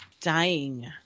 Dying